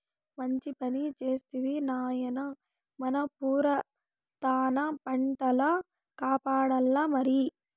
మంచి పని చేస్తివి నాయనా మన పురాతన పంటల కాపాడాల్లమరి